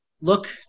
look